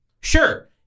Sure